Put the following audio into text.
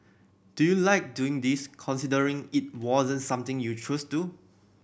do you like doing this considering it wasn't something you chose do